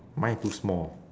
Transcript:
mine too small